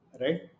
right